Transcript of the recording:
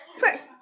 First